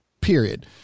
period